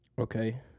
Okay